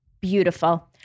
beautiful